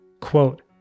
Quote